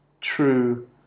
true